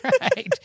Right